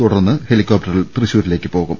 തുടർന്ന് ഹെലികോപ്ടറിൽ തൃശൂരിലേക്ക് പോകും